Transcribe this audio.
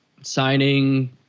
signing